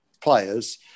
players